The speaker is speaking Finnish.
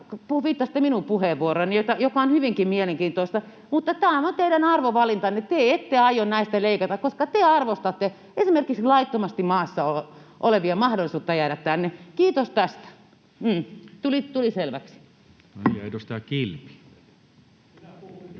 viittasitte minun puheenvuorooni, joka on hyvinkin mielenkiintoista, mutta tämä on teidän arvovalintanne. Te ette aio näistä leikata, koska te arvostatte esimerkiksi laittomasti maassa olevien mahdollisuutta jäädä tänne. Kiitos tästä. Tuli selväksi. Edustaja Merellä on puheenvuoro.